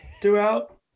throughout